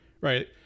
right